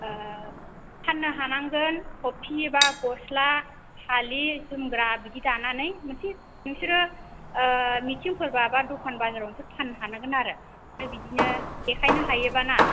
ओह फाननो हानांगोन थपि एबा गस्ला फालि जोमग्रा बिदि दानानै मोनसे नोंसोरो ओह मिथिंफोर बा दखान बाजाराव फाननो हानांगोन आरो आमफ्राय बिदिनो देखायनो हायोबाना